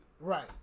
Right